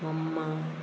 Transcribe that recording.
मम्मा